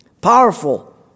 Powerful